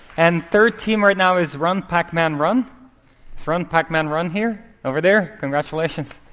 and third team, right now, is run pac-man run. is run pac-man run here? over there? congratulations.